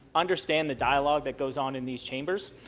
understand the dialogue that goes on in these chambers.